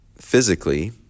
physically